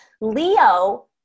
Leo